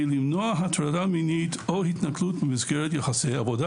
למנוע הטרדה מינית או התנכלות במסגרת יחסי עבודה.